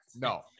No